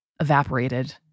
evaporated